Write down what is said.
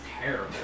terrible